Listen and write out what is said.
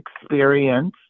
experience